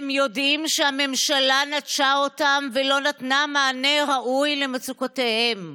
והם יודעים שהממשלה נטשה אותם ולא נתנה מענה ראוי למצוקותיהם.